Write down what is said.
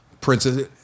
princess